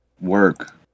work